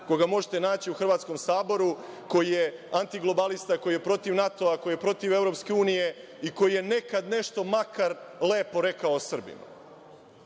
koga možete naći u Hrvatskom saboru, koji je antiglobalista, koji je protiv NATO-a, protiv EU i koji je nekad nešto makar lepo rekao o Srbiji. Nije